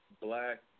Black